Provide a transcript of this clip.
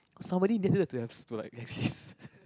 somebody needed to have s~ to like